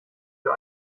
für